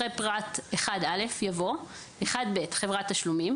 אחר פרט 1א יבוא: "1ב.חברת תשלומים.